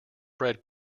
bread